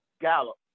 Gallup